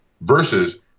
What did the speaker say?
versus